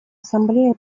ассамблея